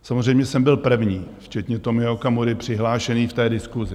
Samozřejmě jsem byl první včetně Tomio Okamury přihlášený k té diskusi.